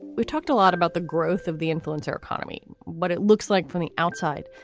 we've talked a lot about the growth of the influence, our economy, what it looks like from the outside.